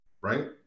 Right